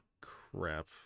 crap